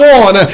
on